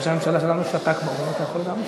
ראש הממשלה שלנו שתק באו"ם, גם אתה יכול לשתוק.